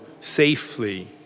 safely